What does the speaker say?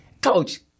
Coach